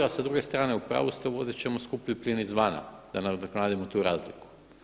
A sa druge strane u pravu ste, uvozit ćemo skuplji plin izvana da nadoknadimo tu razliku.